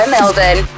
Melbourne